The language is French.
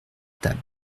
table